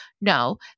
No